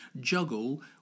juggle